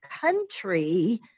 country